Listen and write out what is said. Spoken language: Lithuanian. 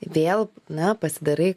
vėl na pasidarai